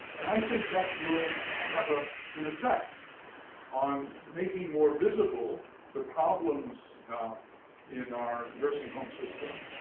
and i think that will have ah an effect on making more visible the problems in our nursing home system,